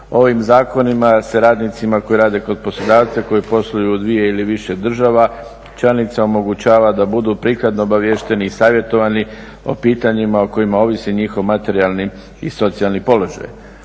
Ovim zakonima se radnicima koji rade kod poslodavca, koji posluju u dvije ili više država članica omogućava da budu prikladno obaviješteni i savjetovani o pitanjima o kojima ovisi njihov materijalni i socijalni položaj.